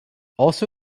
also